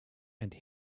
and